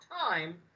time